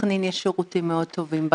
בסכנין יש שירותים מאוד טובים בקהילה.